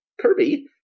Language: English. Kirby